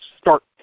start